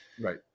Right